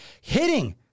hitting